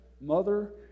mother